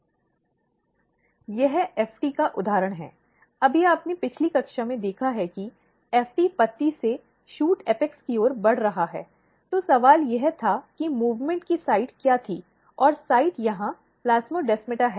यह FT का उदाहरण है अभी आपने पिछली कक्षा में देखा है कि FT पत्ती से शूट एपेक्स की ओर बढ़ रहा है तो सवाल यह था कि मूवमेंट की साइट क्या थी और साइट यहां प्लास्मोडेस्माटा है